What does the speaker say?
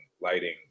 lighting